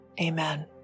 amen